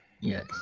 Yes